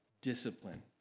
discipline